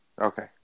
okay